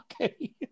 Okay